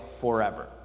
forever